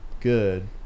good